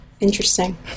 Interesting